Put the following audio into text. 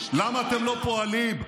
למה אתם לא פועלים?